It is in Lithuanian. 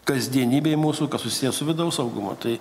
kasdienybėj mūsų kas susiję su vidaus saugumu tai